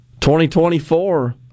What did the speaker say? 2024